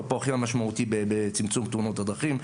הכי משמעותי בצמצום תאונות הדרכים.